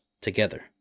together